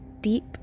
deep